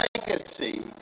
legacy